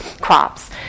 crops